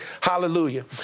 Hallelujah